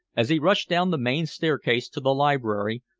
as he rushed down the main staircase to the library,